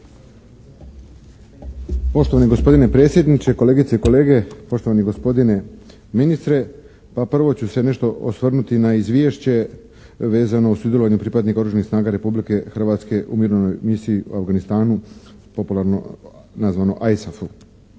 Poštovani gospodine predsjedniče, kolegice i kolege, poštovani gospodine ministre! Pa prvo ću se nešto osvrnuti na izvješće vezano uz sudjelovanje pripadnika Oružanih snaga Republike Hrvatske u Mirovnoj misiji u Afganistanu, popularno nazvano ISAF-u.